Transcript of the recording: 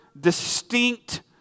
distinct